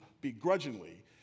begrudgingly